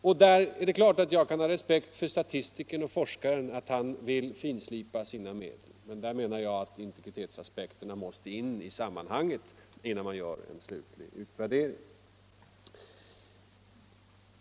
Jag har naturligtvis respekt för statistikerns och forskarens strävan att finslipa sina medel, men jag menar att integritetsaspekterna också måste komma in i sammanhanget, då vi gör en slutlig avvägning.